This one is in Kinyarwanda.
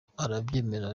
arabyemera